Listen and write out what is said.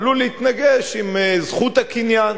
עלול להתנגש עם זכות הקניין